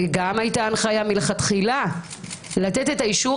הייתה מלכתחילה הנחיה לתת את האישור